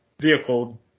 vehicle